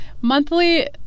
Monthly